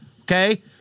okay